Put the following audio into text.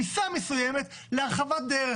פיסה מסוימת להרחבת דרך,